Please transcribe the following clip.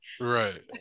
Right